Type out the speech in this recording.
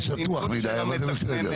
זה שטוח מדי, אבל זה בסדר.